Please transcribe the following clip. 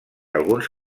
alguns